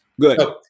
Good